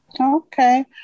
Okay